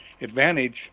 advantage